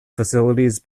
facilities